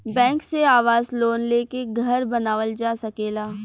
bank से आवास loan लेके घर बानावल जा सकेला